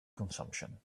consumption